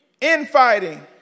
infighting